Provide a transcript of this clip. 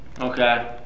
Okay